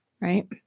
Right